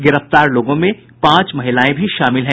गिरफ्तार लोगों में पांच महिलाएं भी शामिल हैं